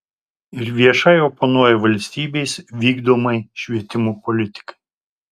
ir viešai oponuoja valstybės vykdomai švietimo politikai